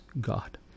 God